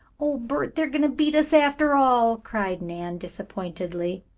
oh, bert, they are going to beat us after all, cried nan disappointedly.